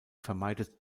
vermeidet